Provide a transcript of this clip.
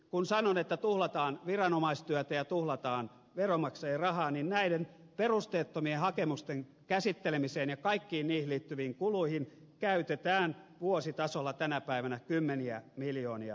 kun sanon että tuhlataan viranomaistyötä ja tuhlataan veronmaksajien rahaa niin näiden perusteettomien hakemusten käsittelemiseen ja kaikkiin niihin liittyviin kuluihin käytetään vuositasolla tänä päivänä kymmeniä miljoonia euroja